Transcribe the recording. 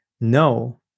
no